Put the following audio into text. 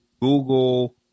Google